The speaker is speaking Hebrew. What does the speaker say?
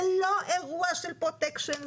זה לא אירוע של פרוטקשן,